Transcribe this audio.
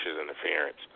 interference